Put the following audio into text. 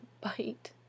bite